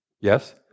Yes